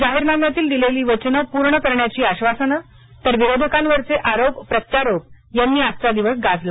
जाहीरनाम्यातील दिलेली वचन पूर्ण करण्याची आक्षासनं तर विरोधकांवरचे आरोप प्रत्यारोप यांनी आजचा दिवस गाजला